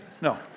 no